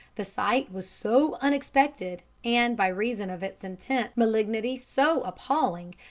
the sight was so unexpected, and, by reason of its intense malignity, so appalling,